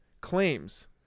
claims